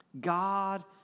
God